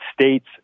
states